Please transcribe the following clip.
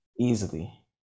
easily